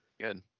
Good